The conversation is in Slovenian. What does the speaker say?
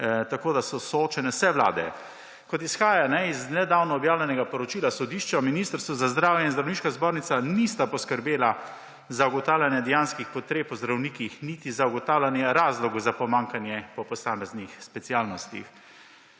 tako da so soočene vse vlade. Kot izhaja iz nedavno objavljenega poročila Računskega sodišča Ministrstvo za zdravje in Zdravniška zbornica nista poskrbela za ugotavljanje dejanskih potreb po zdravnikih, niti za ugotavljanje razlogov za pomanjkanje po posameznih specialnostih.